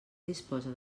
disposa